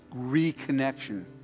reconnection